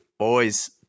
Boys